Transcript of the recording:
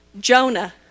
Jonah